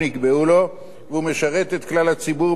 והוא משרת את כלל הציבור באופן משביע רצון.